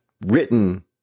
written